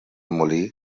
molí